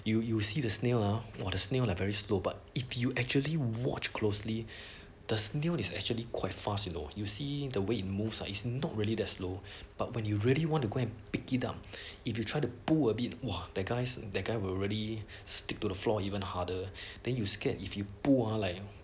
you you see the snail ah !wah! the snail like very slow but if you actually watch closely the snail is actually quite fast you know you'll see the way it moves ah it's not really they're slow but when you really want to go and pick it up if you try to pull a bit !wah! that guys that guy will really stick to the floor even harder then you scared if you pull ah like